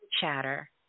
chatter